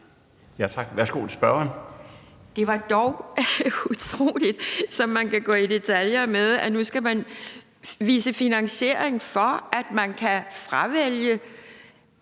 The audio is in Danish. Pia Kjærsgaard (DF): Det er var dog utroligt, som man kan gå i detaljer med det, at man nu skal fremvise en finansiering for, at man kan fravælge